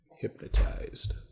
hypnotized